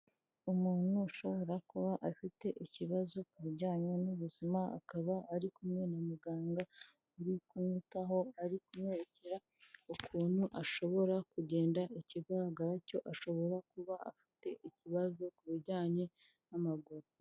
Umuntu ushobora kuba afite ikibazo ku bijyanye n'ubuzima akaba ari kumwe na muganga uri kumwitaho ari kumwerekera ukuntu ashobora kugenda, ikigaragara cyo ashobora kuba afite ikibazo ku bijyanye n'amaguru.